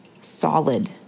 solid